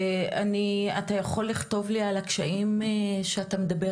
אתה יכול לכתוב לי על הקשיים שאתה מדבר